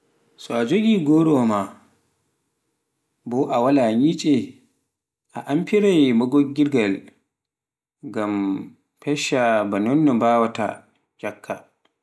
so a jogi gorowa maa bo a waala nyicce, a amfirai maagoggirgal goro ngam fecca ba nonno mbawaata nyakka.